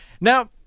Now